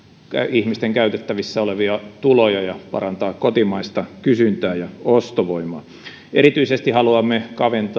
ihmisten käytettävissä olevia tuloja ja parantaa kotimaista kysyntää ja ostovoimaa erityisesti haluamme